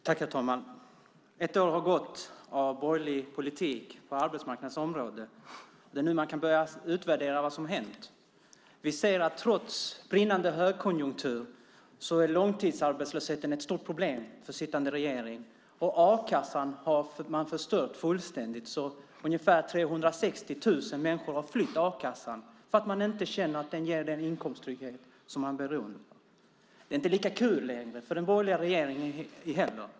Herr talman! Ett år har gått av borgerlig politik på arbetsmarknadens område. Det är nu man kan börja utvärdera vad som har hänt. Vi ser att trots brinnande högkonjunktur är långtidsarbetslösheten ett stort problem för sittande regering. Man har förstört a-kassan fullständigt så att ungefär 360 000 människor har flytt den eftersom de inte känner att den ger den inkomsttrygghet som de är beroende av. Det är inte lika kul längre för den borgerliga regeringen heller.